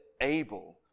able